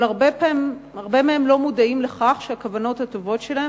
אבל הרבה מהם לא מודעים לכך שהכוונות הטובות שלהם